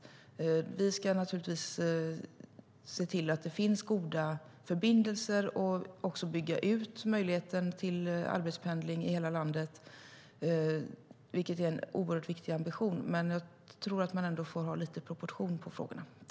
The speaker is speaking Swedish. Vi ska naturligtvis se till att det finns goda förbindelser och även bygga ut möjligheten till arbetspendling i hela landet, vilket är en oerhört viktig ambition. Men jag tror att man ändå får ha lite proportion på frågorna.